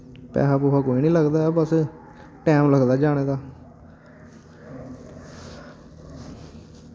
पैहा पुहा कोई नेईं लगदा ऐ बस टैम लगदा जाने दा